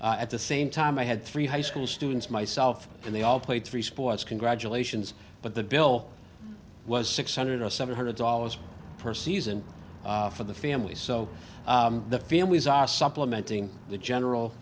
at the same time i had three high school students myself and they all played three sports congratulations but the bill was six hundred or seven hundred dollars per season for the families so the families are supplementing the general